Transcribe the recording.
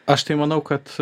aš tai manau kad